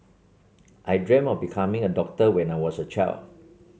I dreamt of becoming a doctor when I was a child